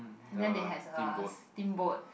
and then they had the steamboat